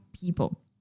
people